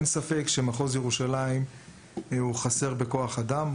אין ספק שמחוז ירושלים הוא חסר בכוח אדם.